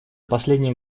последний